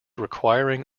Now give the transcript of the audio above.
requiring